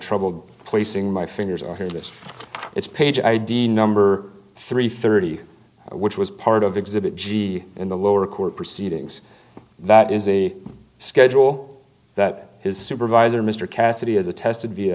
trouble placing my fingers on his wrist it's page id number three thirty which was part of exhibit g in the lower court proceedings that is a schedule that his supervisor mr cassidy is attested vi